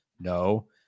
No